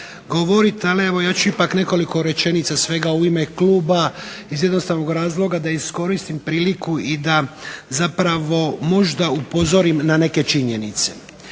govoriti. Ali evo ja ću ipak nekoliko rečenica svega u ime kluba iz jednostavnog razloga da iskoristim priliku i da zapravo možda upozorim na neke činjenice.